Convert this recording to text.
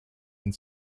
and